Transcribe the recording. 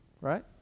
Right